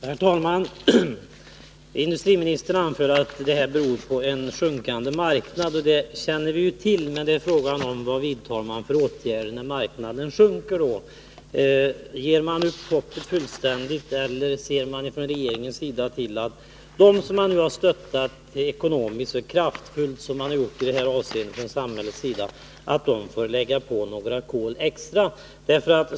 Herr talman! Industriministern anför att problemen beror på en försämrad marknadssituation. Det känner vi till, men frågan är: Vilka åtgärder vidtas när marknaden försämras? Ger man upp hoppet fullständigt, eller ser man från regeringens sida till att de företag, som staten i detta avseende så kraftfullt har stöttat ekonomiskt, lägger på några kol extra?